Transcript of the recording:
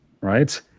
Right